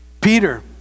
Peter